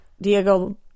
Diego